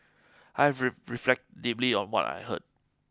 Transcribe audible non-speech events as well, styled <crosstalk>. I have <unintelligible> reflect deeply on what I heard